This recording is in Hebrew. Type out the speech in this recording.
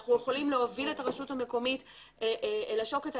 אנחנו יכולים להוביל את הרשות המקומית אל השוקת,